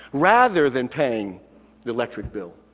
rather than paying the electric bill,